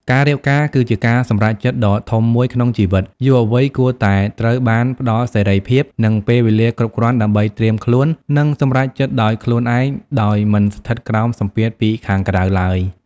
ការរៀបការគឺជាការសម្រេចចិត្តដ៏ធំមួយក្នុងជីវិត យុវវ័យគួរតែត្រូវបានផ្តល់សេរីភាព និងពេលវេលាគ្រប់គ្រាន់ដើម្បីត្រៀមខ្លួន និងសម្រេចចិត្តដោយខ្លួនឯង ដោយមិនស្ថិតក្រោមសម្ពាធពីខាងក្រៅឡើយ ។